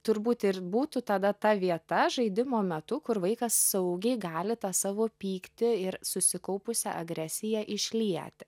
turbūt ir būtų tada ta vieta žaidimo metu kur vaikas saugiai gali tą savo pyktį ir susikaupusią agresiją išlieti